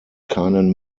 keinen